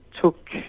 took